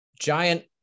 giant